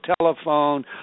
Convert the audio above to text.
telephone